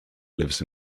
lives